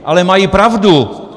Ale mají pravdu.